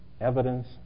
evidence